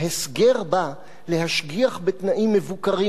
ההסגר בא להשגיח בתנאים מבוקרים,